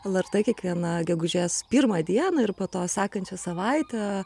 lrt kiekvieną gegužės pirmą dieną ir po to sekančią savaitę